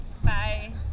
Bye